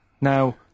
Now